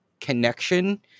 connection